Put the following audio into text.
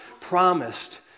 promised